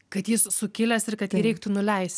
kad jis sukilęs ir kad jį reiktų nuleist